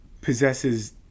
possesses